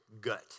gut